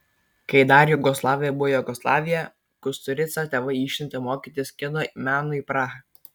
kai dar jugoslavija buvo jugoslavija kusturicą tėvai išsiuntė mokytis kino meno į prahą